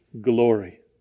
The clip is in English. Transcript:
glory